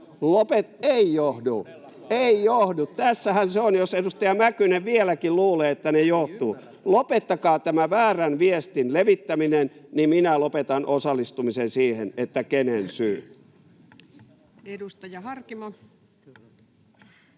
Eivät johdu. Tässähän se on, jos edustaja Mäkynen vieläkin luulee, että ne johtuvat. — Lopettakaa tämä väärän viestin levittäminen, niin minä lopetan osallistumisen siihen, että kenen syy.